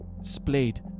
splayed